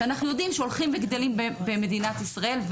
שאנחנו יודעים שהולכים וגדלים במדינת ישראל.